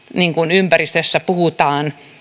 ympäristössä missä puhutaan